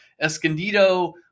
Escondido